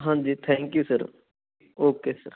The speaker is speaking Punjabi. ਹਾਂਜੀ thank you sir okay sir